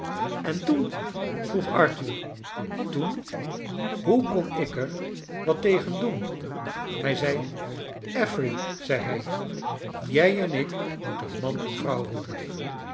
en toen vroeg arthur toen hoe kon ik er wat tegen doen hij zei affery zei hij jij en ik moeten man en vrouw worden